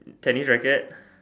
tennis racket